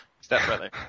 Stepbrother